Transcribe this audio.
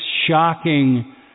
shocking